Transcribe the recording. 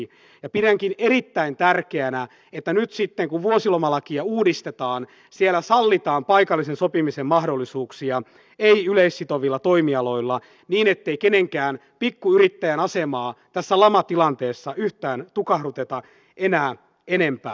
ja pidänkin erittäin tärkeänä että nyt sitten kun vuosilomalakia uudistetaan siellä sallitaan paikallisen sopimisen mahdollisuuksia ei yleissitovilla toimialoilla niin ettei kenenkään pikkuyrittäjän asemaa tässä lamatilanteessa tukahduteta enää yhtään enempää